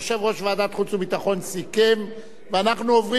ואנחנו עוברים להצבעה בקריאה שנייה כמקשה אחת,